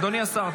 אדוני השר,